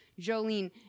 Jolene